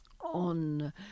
on